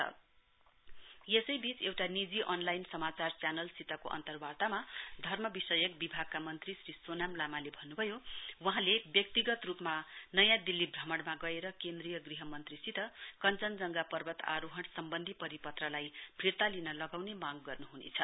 add यसै बीच एक निजी च्यानलसितको अन्तरवार्तामा धर्म विषयक विभागका मन्त्री सोनाम लामाले भन्नु भयो वहाँले व्यक्तिगत रूपमा नयाँ दिल्ली भ्रमणमा गएर केन्द्रीय मन्त्रीसित कञ्जनजङ्गा पर्वत आरोहण सम्बन्धी परिपत्रलाई फिर्ता लिन लगाउने मांग गर्नुहुनेछ